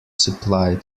supply